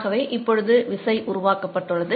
ஆகவே இப்பொழுது விசை உருவாக்கப்பட்டுள்ளது